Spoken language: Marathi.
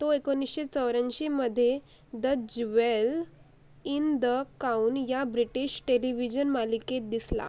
तो एकोणीसशे चौऱ्याऐंशीमध्ये the jewel in the crown या ब्रिटिश टेलिव्हिजन मालिकेत दिसला